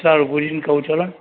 સારું પૂછીને કહું ચાલોને